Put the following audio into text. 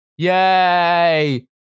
Yay